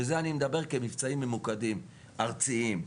וזה אני מדבר כמבצעים ממוקדים, ארציים.